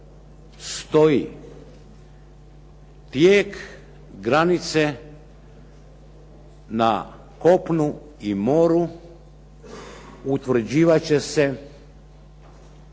stoji: "Tijek granice na kopnu i moru utvrđivat će se